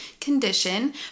Condition